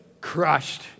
crushed